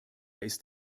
ist